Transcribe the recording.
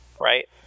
right